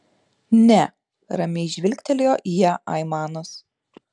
ne ramiai žvilgtelėjo į ją aimanas